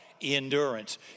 Endurance